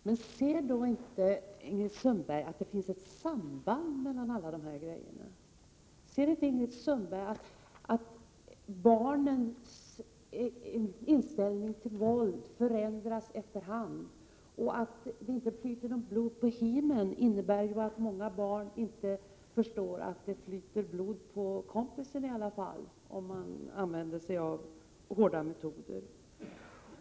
Herr talman! Men ser då inte Ingrid Sundberg att det finns ett samband mellan alla de här grejerna? Ser inte Ingrid Sundberg att barnens inställning till våld förändras efter hand? Och att det inte flyter något blod på Heman innebär ju att många barn inte förstår att det i alla fall flyter blod på kompisen, om man använder sig av hårda metoder.